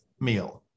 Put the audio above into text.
meal